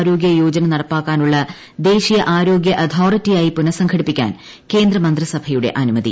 ആരോഗ്യ യോജന ന്ട്പ്പാക്കാനുള്ള ദേശീയ ആരോഗ്യ അതോറിറ്റിയായി പുന്നുസ്ംഘടിപ്പിക്കാൻ കേന്ദ്ര മന്ത്രിസഭയുടെ അനുമതി